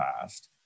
past